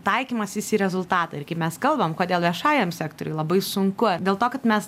taikymasis į rezultatą ir kaip mes kalbam kodėl viešajam sektoriui labai sunku dėl to kad mes